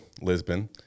lisbon